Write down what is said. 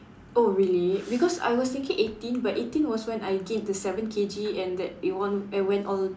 oh really because I was thinking eighteen but eighteen was when I gained the seven K_G and that it won~ it went all